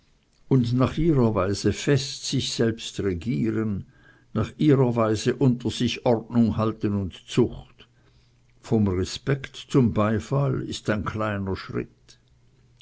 und nach ihrer weise fest sich selbst regieren nach ihrer weise unter sich ordnung halten und zucht vom respekt zum beifall ist ein kleiner schritt